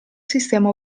sistema